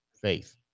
faith